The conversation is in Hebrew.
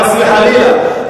חס וחלילה,